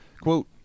quote